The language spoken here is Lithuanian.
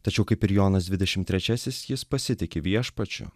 tačiau kaip ir jonas dvidešim trečiasis jis pasitiki viešpačiu